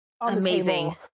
amazing